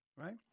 right